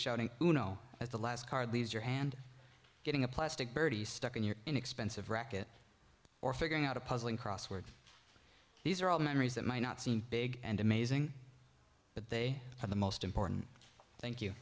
shouting you know as the last card leaves your hand getting a plastic birdie stuck in your inexpensive racket or figuring out a puzzling crosswords these are all memories that might not seem big and amazing but they are the most important thank you